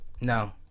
No